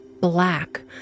black